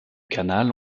canal